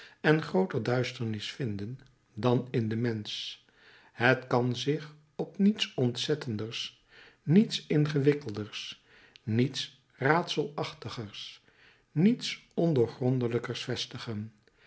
en grooter duisternis vinden dan in den mensch het kan zich op niets ontzettenders niets ingewikkelders niets raadselachtigers niets ondoorgrondelijkers vestigen